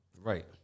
right